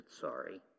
sorry